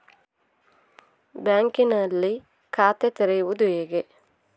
ಬ್ಯಾಂಕಿನಲ್ಲಿ ಖಾತೆ ತೆರೆಯುವುದು ಹೇಗೆ?